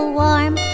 warm